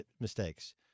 mistakes